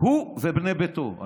הוא ובני ביתו.